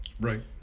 Right